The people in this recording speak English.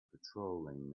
patrolling